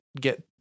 get